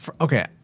okay